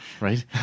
Right